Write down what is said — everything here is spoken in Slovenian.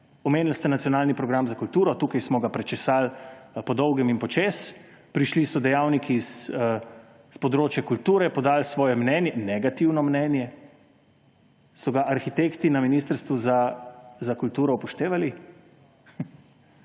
Omenili ste Nacionalni program za kulturo. Tukaj smo ga prečesali po dolgem in počez. Prišli so dejavniki s področja kulture, podali svoje mnenje – negativno mnenje –, so ga arhitekti na Ministrstvu za kulturo upoštevali?